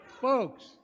Folks